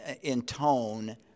intone